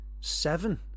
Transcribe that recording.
seven